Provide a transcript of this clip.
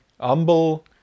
humble